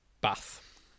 Bath